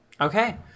okay